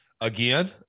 again